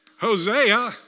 Hosea